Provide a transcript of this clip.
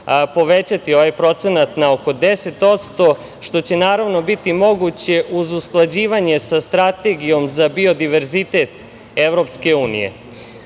povećati ovaj procenat na oko 10%, što će biti moguće uz usklađivanje sa Strategijom za biodiverzitet Evropske unije. Zakon